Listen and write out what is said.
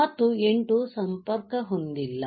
ಮತ್ತು 8 ಸಂಪರ್ಕಹೊಂದಿಲ್ಲ